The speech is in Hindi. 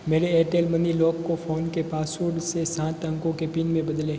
मेरे एयरटेल मनी लॉक को फ़ोन के पासवर्ड से सात अंकों के पिन में बदलें